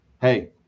hey